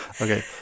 Okay